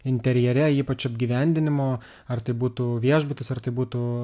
interjere ypač apgyvendinimo ar tai būtų viešbutis ar tai būtų